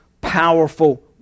powerful